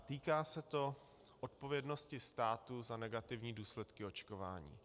Týká se to odpovědnosti státu za negativní důsledky očkování.